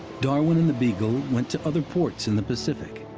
darwin and the beagle went to other ports in the pacific,